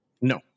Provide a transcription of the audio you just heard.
No